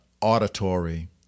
auditory